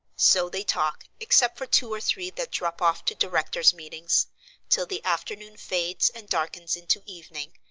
so they talk, except for two or three that drop off to directors' meetings till the afternoon fades and darkens into evening,